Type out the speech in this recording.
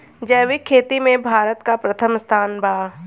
जैविक खेती में भारत का प्रथम स्थान बा